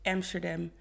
Amsterdam